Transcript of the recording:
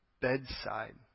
bedside